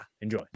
enjoy